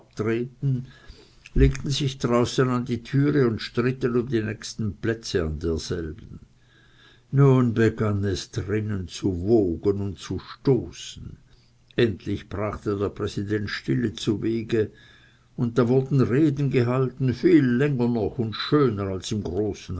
abtreten legten sich draußen an die türe und stritten um die nächsten plätze an derselben nun begann es drinnen zu wogen und zu tosen endlich brachte der präsident stille zuwege und da wurden reden gehalten viel länger noch und schöner als im großen